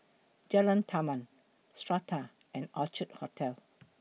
Jalan Taman Strata and Orchid Hotel